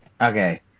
okay